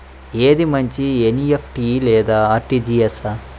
ఏది మంచి ఎన్.ఈ.ఎఫ్.టీ లేదా అర్.టీ.జీ.ఎస్?